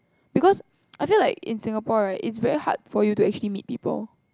because I feel like in Singapore right it's very hard for you to actually meet people